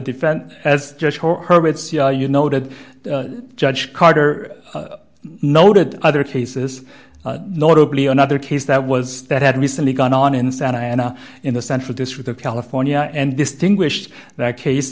defense as you noted judge carter noted other cases notably another case that was that had recently gone on in santa ana in the central district of california and distinguish that case